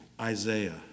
Isaiah